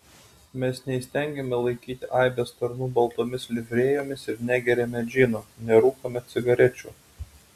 mes neįstengiame laikyti aibės tarnų baltomis livrėjomis ir negeriame džino nerūkome cigarečių